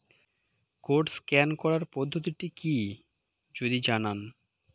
Code scan করার পদ্ধতিটি কি যদি জানান?